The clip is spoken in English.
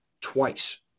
twice